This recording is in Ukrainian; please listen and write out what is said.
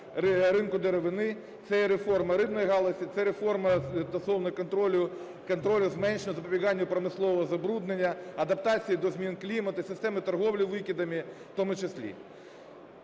ринку деревини, це і реформа рибної галузі, це реформа стосовно контролю зменшення запобігання промислового забруднення, адаптації до змін клімату, системи торгівлі викидами у тому числі.